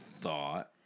thought